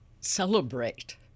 celebrate